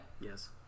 Yes